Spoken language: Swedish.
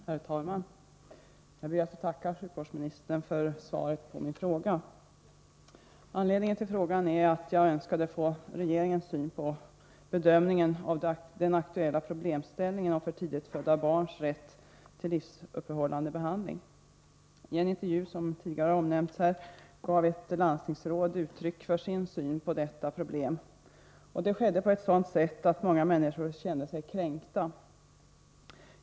Herr talman! Jag ber att få tacka sjukvårdsministern för svaret på min fråga. Anledningen till min fråga är att jag önskar få veta vilken regeringens syn är på bedömningen av den aktuella problemställningen när det gäller för tidigt födda barns rätt till livsuppehållande behandling. I en intervju — som tidigare omnämnts här — gav ett landstingsråd uttryck för sin syn på detta problem, och det skedde på ett sådant sätt att många människor kände sig kränkta.